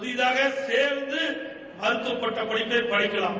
புதிதாக சேர்ந்து மருத்தவப் படிப்புகளை படிக்கலாம்